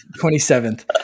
27th